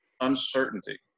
uncertainty